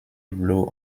blue